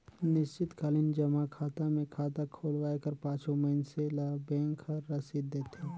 निस्चित कालीन जमा खाता मे खाता खोलवाए कर पाछू मइनसे ल बेंक हर रसीद देथे